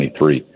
2023